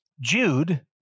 Jude